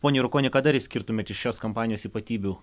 pone jurkoni ką dar išskirtumėt iš šios kampanijos ypatybių